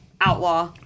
outlaw